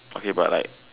okay but like